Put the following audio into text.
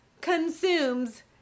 consumes